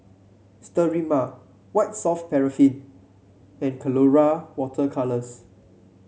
Sterimar White Soft Paraffin and Colora Water Colours